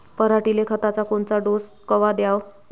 पऱ्हाटीले खताचा कोनचा डोस कवा द्याव?